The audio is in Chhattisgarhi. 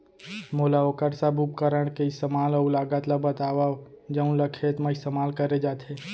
मोला वोकर सब उपकरण के इस्तेमाल अऊ लागत ल बतावव जउन ल खेत म इस्तेमाल करे जाथे?